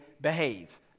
behave